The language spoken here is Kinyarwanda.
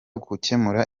gukemura